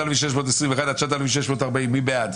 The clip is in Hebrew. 9,381 עד 9,400, מי בעד?